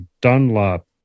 Dunlop